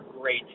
great